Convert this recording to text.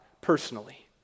personally